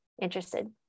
interested